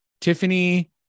Tiffany